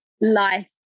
life